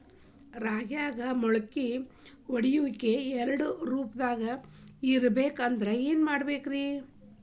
ರಾಗ್ಯಾಗ ಮೊಳಕೆ ಒಡೆಯುವಿಕೆ ಏಕರೂಪದಾಗ ಇರಬೇಕ ಅಂದ್ರ ಏನು ಮಾಡಬೇಕ್ರಿ?